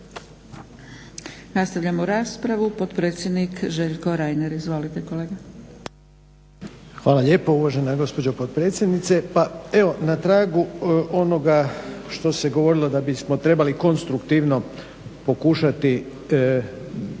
Nastavljamo raspravu. Potpredsjednik Željko Reiner. Izvolite kolega. **Reiner, Željko (HDZ)** Hvala lijepo uvažena gospođo potpredsjednice. Pa evo na tragu onoga što se govorilo da bismo trebali konstruktivno pokušati